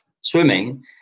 swimming